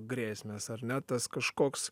grėsmės ar ne tas kažkoks